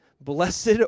blessed